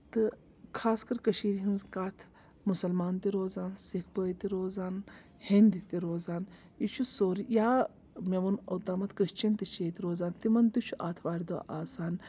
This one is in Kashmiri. تہٕ خاص کَر کٔشیٖرِ ہٕنٛز کَتھ مُسلمان تہِ روزان سِکھ بٲے تہِ روزان ہیٚنٛدۍ تہِ روزان یہِ چھُ سورُے یا مےٚ ووٚن اوٚتامَتھ کرٛسچَن تہِ چھِ ییٚتہِ روزان تِمن تہِ چھُ آتھوارِ دۄہ آسان